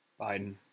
Biden